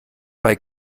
bei